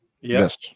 Yes